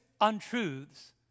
untruths